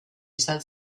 izan